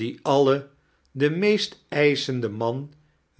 die alle den meest eischendem man